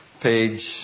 Page